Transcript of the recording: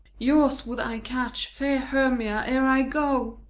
yours would i catch, fair hermia, ere i go!